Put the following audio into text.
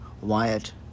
Wyatt